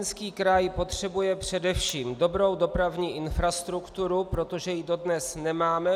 Náš Zlínský kraj potřebuje především dobrou dopravní infrastrukturu, protože ji dodnes nemáme.